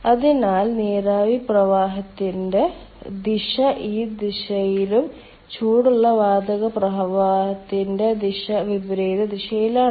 അതിനാൽ നീരാവി പ്രവാഹത്തിന്റെ ദിശ ഈ ദിശയിലും ചൂടുള്ള വാതക പ്രവാഹത്തിന്റെ ദിശ വിപരീത ദിശയിലുമാണ്